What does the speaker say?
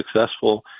successful